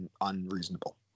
unreasonable